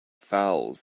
fouls